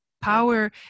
power